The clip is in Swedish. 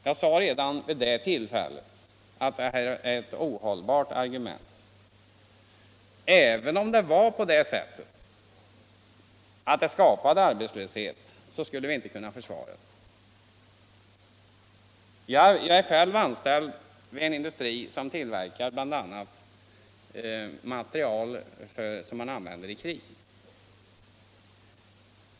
Jag sade redan vid det tillfället att detta var ett ohållbart argument. Även om ett mellanölsförbud skulle skapa arbetslöshet, kan vi inte försvara ett sådant argument. Jag är själv anställd vid en industri som tillverkar bl.a. material som man använder i krig.